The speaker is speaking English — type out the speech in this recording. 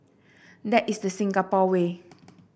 that is the Singapore way